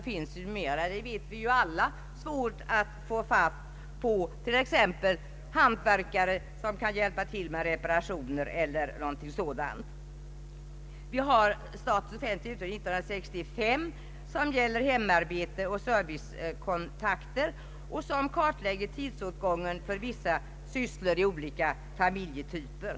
Men vi vet ju alla hur svårt det är att få tag på t.ex. hantverkare som kan hjälpa till med reparationer e.d. Vi har även statens offentliga utredning från år 1965 om hemarbete och servicekontakter, som redogör för tidsåtgången för vissa sysslor i olika familjetyper.